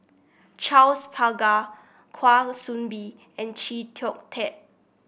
Charles Paglar Kwa Soon Bee and Chee Kong Tet